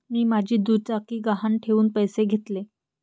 मी माझी दुचाकी गहाण ठेवून पैसे घेतले